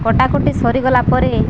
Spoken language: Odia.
କଟାକଟି ସରିଗଲା ପରେ